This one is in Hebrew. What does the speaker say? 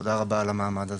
תודה רבה על המעמד הזה.